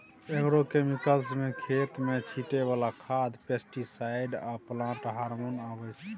agrochemicals मे खेत मे छीटय बला खाद, पेस्टीसाइड आ प्लांट हार्मोन अबै छै